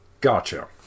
Gotcha